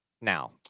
now